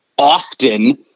often